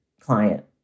client